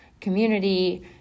community